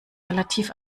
relativ